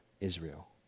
Israel